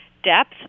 depth